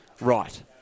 Right